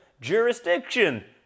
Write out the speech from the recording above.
jurisdiction